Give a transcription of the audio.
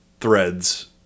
threads